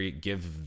give